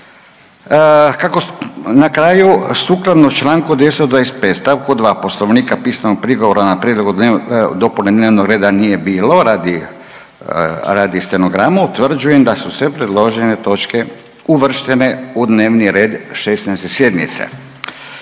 na kraju, sukladno čl. 225 st. 2 Poslovnika pisanih prigovora na prijedlog dopune dnevnog reda nije bilo, radi, radi stenogramu, utvrđujem da su sve predložene točke uvrštene u dnevni red 16. sjednice.